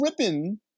tripping